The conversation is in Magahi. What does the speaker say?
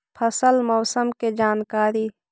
फसल मौसम के जानकारी?